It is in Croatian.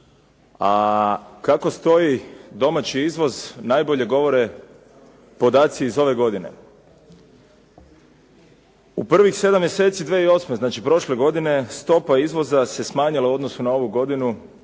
Kako stoji domaći izvoz najbolje govore podaci iz ove godine. U prvih 7. mjeseci 2008. znači prošle godine stopa izvoza se smanjila u odnosu na ovu godinu